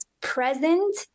present